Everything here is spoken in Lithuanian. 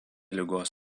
ligos